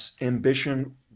ambition